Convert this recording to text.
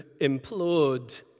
implode